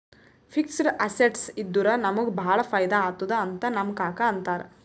fixed assets ಇದ್ದುರ ನಮುಗ ಭಾಳ ಫೈದಾ ಆತ್ತುದ್ ಅಂತ್ ನಮ್ ಕಾಕಾ ಅಂತಾರ್